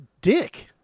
dick